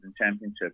Championship